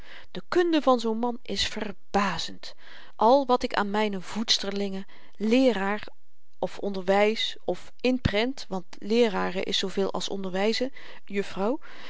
de kunde van zoo'n man is verbazend al wat ik aan myne voedsterlingen leeraar of onderwys of inprent want leerären is zooveel als onderwyzen juffrouw